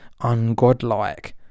ungodlike